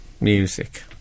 music